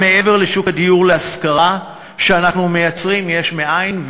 מעבר לשוק הדיור להשכרה שאנחנו מייצרים יש מאין,